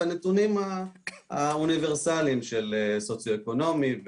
והנתונים האוניברסליים של סוציו-אקונומי,